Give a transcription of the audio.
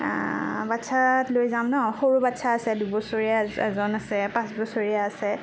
বাচ্ছা লৈ যাম ন সৰু বাচ্ছা আছে দুবছৰীয়া এজন আছে পাঁচবছৰীয়া আছে